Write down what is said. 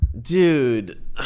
dude